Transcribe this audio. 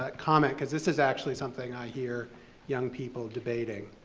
but comment, cause this is actually something i hear young people debating,